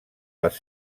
les